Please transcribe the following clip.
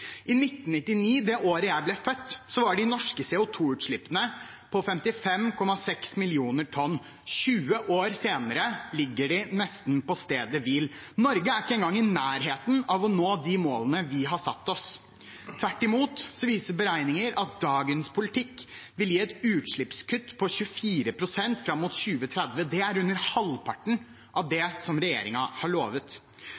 I 1999, det året jeg ble født, var de norske CO 2 -utslippene på 55,6 millioner tonn – 20 år senere ligger de nesten på stedet hvil. Norge er ikke engang i nærheten av å nå de målene vi har satt oss. Tvert imot viser beregninger at dagens politikk vil gi et utslippskutt på 24 pst. fram mot 2030. Det er under halvparten av